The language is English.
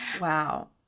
Wow